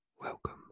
Welcome